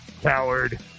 coward